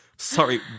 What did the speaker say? Sorry